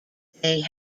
they